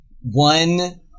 one